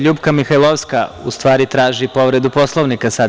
Ljupka Mihajlovska u stvari traži povredu Poslovnika sada.